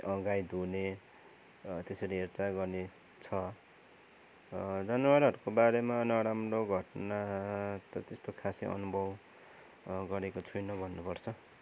गाई दुहुने त्यसरी हेरचाह गर्ने छ जनावरहरूको बारेमा नराम्रो घटना त त्यस्तो खासै अनुभव गरेको छुइनँ भन्नुपर्छ